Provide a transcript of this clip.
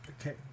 Okay